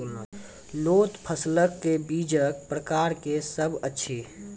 लोत फसलक बीजक प्रकार की सब अछि?